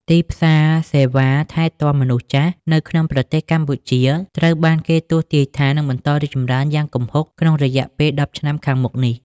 ទីផ្សារសេវាថែទាំមនុស្សចាស់នៅក្នុងប្រទេសកម្ពុជា ត្រូវបានគេទស្សន៍ទាយថានឹងបន្តរីកចម្រើនយ៉ាងគំហុកក្នុងរយៈពេលដប់ឆ្នាំខាងមុខនេះ។